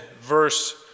verse